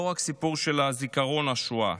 לא רק סיפור של זיכרון השואה.